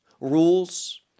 rules